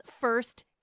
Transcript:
first